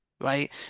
right